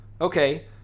okay